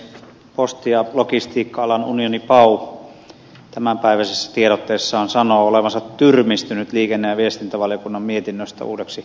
posti ja logistiikka alan unioni pau tämänpäiväisessä tiedotteessaan sanoo olevansa tyrmistynyt liikenne ja viestintävaliokunnan mietinnöstä uudeksi postilaiksi